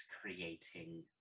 creating